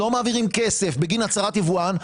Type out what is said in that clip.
לא מעבירים כסף בגין הצהרת יבואן.